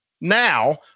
now